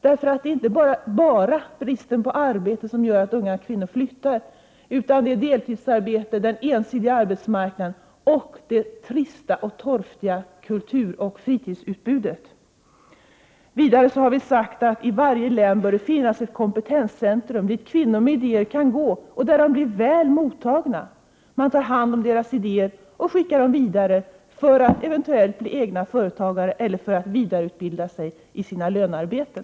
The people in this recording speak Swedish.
Det är inte enbart bristen på arbete som gör att unga kvinnor flyttar, utan det är deltidsarbete, den ensidiga arbetsmarknaden och det trista och torftiga kulturoch fritidsutbudet. Vi har vidare sagt att det i varje län bör finnas ett kompetenscentrum dit kvinnor som har idéer kan gå, och där bli väl mottagna. Man tar hand om deras idéer och skickar kvinnorna vidare så att de eventuellt kan bli egna företagare eller vidareutbilda sig i sina lönearbeten.